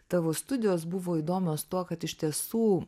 tavo studijos buvo įdomios tuo kad iš tiesų